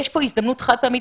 יש פה הזדמנות חד פעמית,